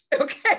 okay